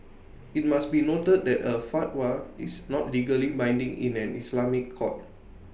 IT must be noted that A fatwa is not legally binding in an Islamic court